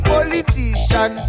Politician